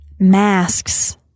masks